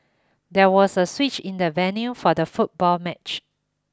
there was a switch in the venue for the football match